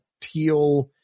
teal